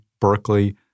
Berkeley